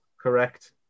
Correct